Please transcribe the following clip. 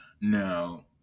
Now